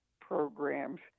programs